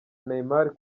neymar